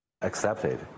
Accepted